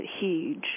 huge